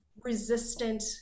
resistant